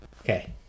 Okay